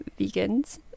vegans